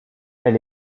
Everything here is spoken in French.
elle